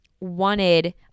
wanted